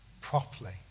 properly